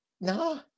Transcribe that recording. No